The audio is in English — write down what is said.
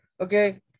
okay